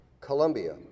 Colombia